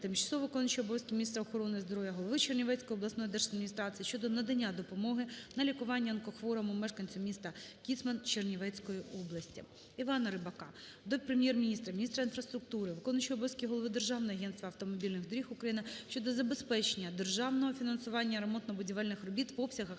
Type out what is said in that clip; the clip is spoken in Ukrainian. тимчасово виконуючої обов'язки міністра охорони здоров'я, голови Чернівецької обласної держадміністрації щодо надання допомоги на лікуванняонкохворому мешканцю міста Кіцмань Чернівецької області. Івана Рибака до Прем'єр-міністра, міністра інфраструктури, виконуючого обов'язки голови Державного агентства автомобільних доріг України щодо забезпечення державного фінансування ремонтно-будівельних робіт в обсягах,